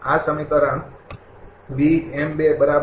આ સમીકરણ બરાબર